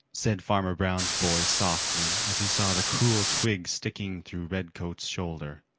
said farmer brown's boy softly as he saw the cruel twig sticking through redcoats' shoulder.